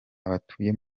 abatuye